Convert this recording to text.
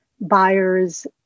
buyers